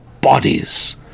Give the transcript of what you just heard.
bodies